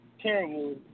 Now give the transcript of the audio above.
terrible